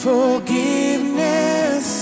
Forgiveness